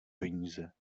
peníze